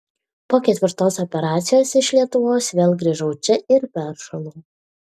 po ketvirtos operacijos iš lietuvos vėl grįžau čia ir peršalau